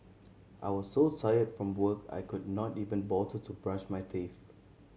I was so tired from work I could not even bother to brush my teeth